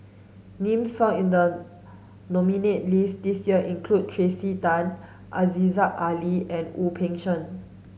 names found in the nominees' list this year include Tracey Tan Aziza Ali and Wu Peng Seng